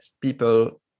people